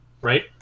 Right